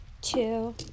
two